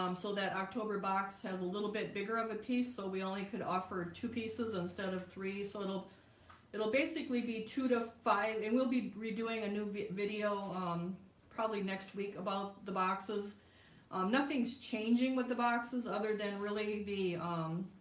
um so that october box has a little bit bigger of a piece so we only could offer two pieces instead of three so it'll it'll basically be two to five and we'll be redoing a new video. um probably next week about the boxes um, nothing's changing with the boxes other than really the um,